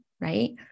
right